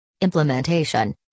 Implementation